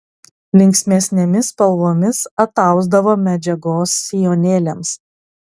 linksmesnėmis spalvomis atausdavo medžiagos sijonėliams